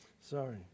Sorry